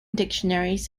dictionaries